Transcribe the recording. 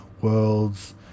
Worlds